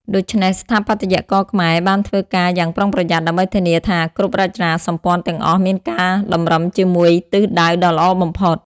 ដូច្នេះ ស្ថាបត្យករខ្មែរបានធ្វើការយ៉ាងប្រុងប្រយ័ត្នដើម្បីធានាថាគ្រប់រចនាសម្ព័ន្ធទាំងអស់មានការតម្រឹមជាមួយទិសដៅដ៏ល្អបំផុត។